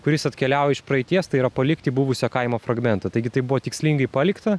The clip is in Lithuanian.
kuris atkeliauja iš praeities tai yra palikti buvusio kaimo fragmentą taigi tai buvo tikslingai palikta